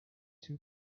two